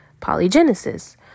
polygenesis